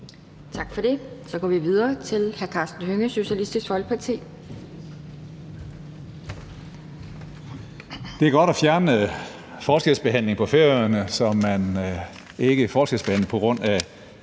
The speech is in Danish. Tak for det. Så går vi videre til hr. Karsten Hønge, Socialistisk Folkeparti. Kl. 12:17 (Ordfører) Karsten Hønge (SF): Det er godt at fjerne forskelsbehandling på Færøerne, så man ikke forskelsbehandles på grund af